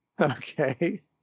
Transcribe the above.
Okay